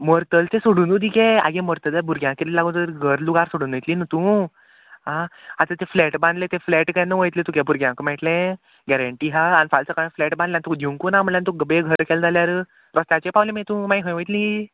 मरतलचें सोडूनू ती गे आगे मरतले भुरग्यांक येले लागून जर घर लुगार सोडून वयतली न्हू तूं आं आतां तें फ्लॅट बांदलें तें फ्लॅट केन्ना वयत्लें तुगे भुरग्यांक मेळटलें गॅरेंटी आहा आनी फाल सकाळीं फ्लॅट बांदल्यान तुका घेवंकू ना म्हणल्यार तुका बेगर केलें जाल्यार रस्त्याचे पावलें मागीर तूं मागीर खंय वयतली